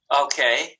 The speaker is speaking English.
Okay